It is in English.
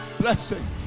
blessing